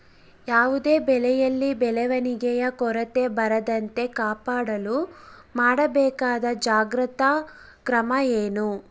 ಯಾವುದೇ ಬೆಳೆಯಲ್ಲಿ ಬೆಳವಣಿಗೆಯ ಕೊರತೆ ಬರದಂತೆ ಕಾಪಾಡಲು ಮಾಡಬೇಕಾದ ಮುಂಜಾಗ್ರತಾ ಕ್ರಮ ಏನು?